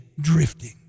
drifting